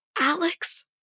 Alex